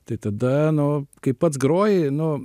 tai tada nu kai pats groji nu